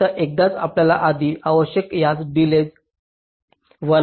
फक्त एकदाच आपल्याला आधी आवश्यक यास डिलेज 1 आहे